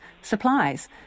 supplies